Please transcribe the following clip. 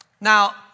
Now